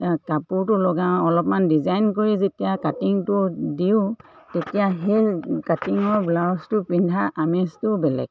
কাপোৰটো লগাওঁ অলপমান ডিজাইন কৰি যেতিয়া কাটিংটো দিওঁ তেতিয়া সেই কাটিঙৰ ব্লাউজটো পিন্ধা আমেজটো বেলেগ